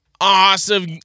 Awesome